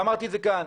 ואמרתי את זה כאן.